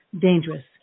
dangerous